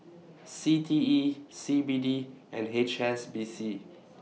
C T E C B D and H S B C